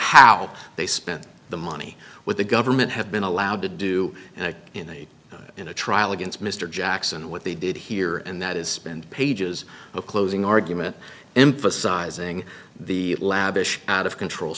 how they spent the money what the government had been allowed to do and in a in a trial against mr jackson what they did here and that is spend pages a closing argument emphasizing the lavish out of control